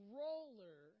roller –